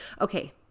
Okay